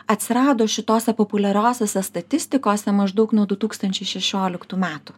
atsirado šitose populiariosiose statistikose maždaug nuo du tūkstančiai šešioliktų metų